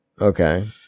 Okay